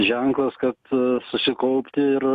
ženklas kad susikaupti ir